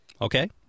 Okay